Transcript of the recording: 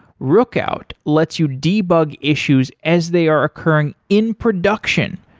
rookout lets you debug issues as they are occurring in production.